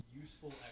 useful